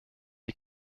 die